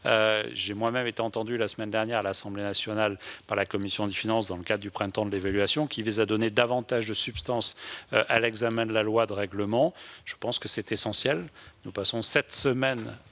J'ai moi-même été entendu la semaine dernière, à l'Assemblée nationale, par la commission des finances dans le cadre du « printemps de l'évaluation », qui vise à donner davantage de substance à l'examen de la loi de règlement. Je pense que c'est essentiel. Nous passons sept semaines,